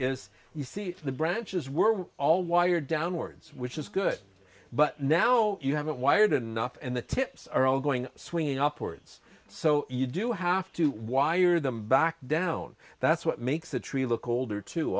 is you see the branches were all wired downwards which is good but now you haven't wired enough and the tips are all going swinging upwards so you do have to wire them back down that's what makes the tree look older to